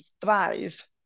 thrive